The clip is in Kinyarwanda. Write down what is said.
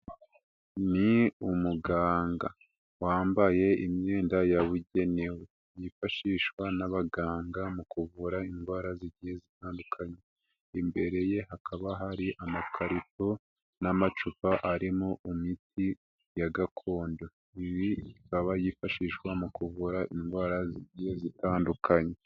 Ni umuganga, wambaye imyenda yabugenewe, yifashishwa n'abaganga mu kuvura indwara zigiye zitandukanye, imbere ye hakaba hari amakarito n'amacupa arimo imiti ya gakondo. Iyi ikaba yifashishwa mu kuvura indwara zigiye zitandukanye.